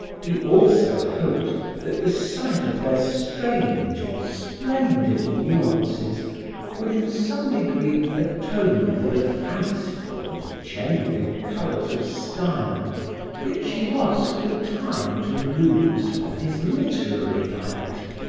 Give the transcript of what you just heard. he also hoped that the sight of their strange and splendid nuances would in some degree atone for the fanciful and genuine colors of style which he was for the time to lose from his literary diet.